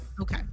Okay